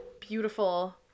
beautiful